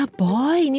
Boy